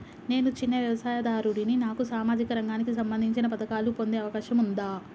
నేను చిన్న వ్యవసాయదారుడిని నాకు సామాజిక రంగానికి సంబంధించిన పథకాలు పొందే అవకాశం ఉందా?